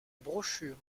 brochure